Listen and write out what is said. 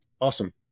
awesome